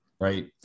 Right